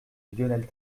lionel